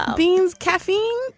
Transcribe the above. ah beans. caffeine.